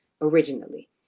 originally